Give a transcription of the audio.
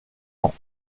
ans